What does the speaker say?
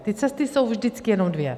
Ty cesty jsou vždycky jenom dvě.